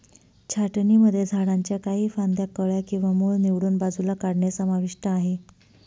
छाटणीमध्ये झाडांच्या काही फांद्या, कळ्या किंवा मूळ निवडून बाजूला काढणे समाविष्ट आहे